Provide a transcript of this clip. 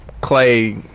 Clay